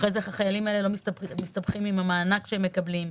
איך אחרי זה החיילים לא מסתבכים עם המענק שהם מקבלים,